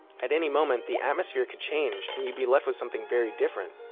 at any moment, the atmosphere could change and you'd be left with something very different.